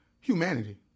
humanity